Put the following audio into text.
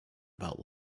about